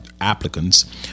applicants